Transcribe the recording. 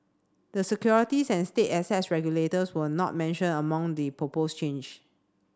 the securities and state assets regulators were not mentioned among the proposed change